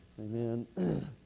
Amen